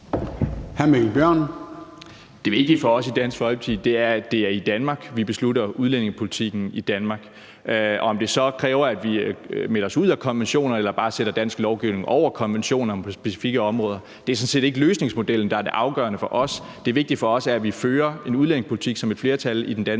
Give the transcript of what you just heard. er vigtigt for os i Dansk Folkeparti er, at det er i Danmark, vi beslutter udlændingepolitikken i Danmark. Til det med, om det så kræver, at vi melder os ud af konventionerne eller bare sætter dansk lovgivning over konventionerne på specifikke områder, vil jeg sige, at det sådan set ikke er løsningsmodellerne, der er det afgørende for os. Det vigtige for os er, at vi fører en udlændingepolitik, som et flertal i den danske befolkning